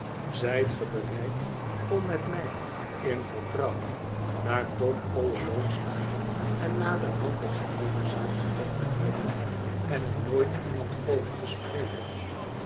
ge bereid om met mij in vertrouwen naar tom all alone's te gaan en naderhand de geheele zaak gedekt te houden en er nooit iemand over te spreken